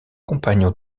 compagnons